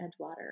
Edgewater